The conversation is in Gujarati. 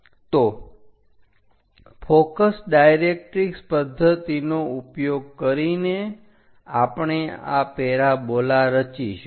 તો ફોકસ ડાયરેક્ટરીક્ષ પદ્ધતિનો ઉપયોગ કરીને આપણે આ પેરાબોલા રચીશું